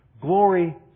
Glory